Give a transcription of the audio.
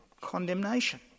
condemnation